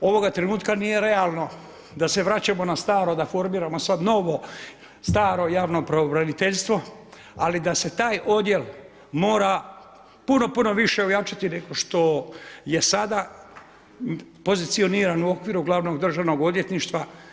Ovoga trenutka nije realno da se vraćamo na staro da formiramo sada novo-staro javno pravobraniteljstvo, ali da se taj odjel mora puno, puno više ojačati nego što je sada pozicionirano u okviru Glavnog državnog odvjetništva.